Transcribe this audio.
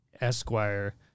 Esquire